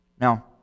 Now